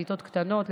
בכיתות קטנות,